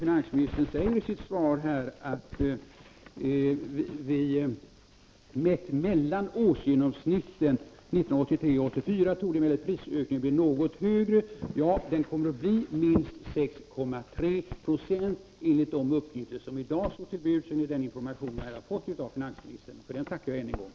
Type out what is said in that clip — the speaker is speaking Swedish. Finansministern säger i svaret: ”Mätt mellan årsgenomsnitten 1983 och 1984 torde emellertid prisökningen bli något högre.” Ja, den kommer att bli minst 6,3 26 enligt de uppgifter som i dag står till buds och enligt den information som jag här har fått av finansministern och som jag tackar för än en gång.